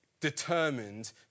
determined